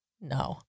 No